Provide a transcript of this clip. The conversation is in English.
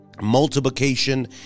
multiplication